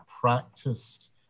practiced